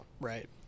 Right